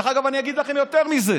דרך אגב, אני אגיד לכם יותר מזה: